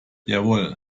jawohl